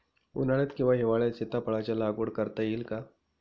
उन्हाळ्यात किंवा हिवाळ्यात सीताफळाच्या लागवड करता येईल का?